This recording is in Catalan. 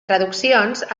traduccions